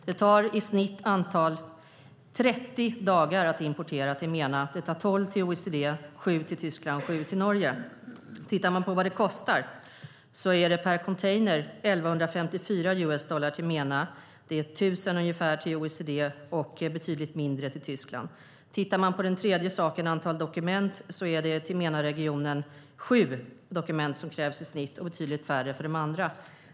Det tar i snitt 30 dagar att importera till MENA. Det tar tolv dagar till OECD, sju till Tyskland och sju till Norge. Om man tittar på vad det kostar är det per container 1 154 US dollar till MENA, ungefär 1 000 till OECD och betydligt mindre till Tyskland. Ser man på antalet dokument krävs det i snitt sju till MENA-regionen och betydligt färre till de andra.